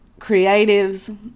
creatives